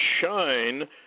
shine